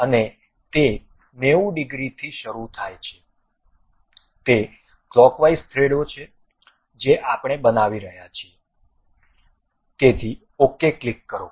અને તે 90 ડિગ્રીથી શરૂ થાય છે અને તે ક્લોકવાઇઝ થ્રેડો છે જે આપણે બનાવી રહ્યા હતા તેથી OK ક્લિક કરો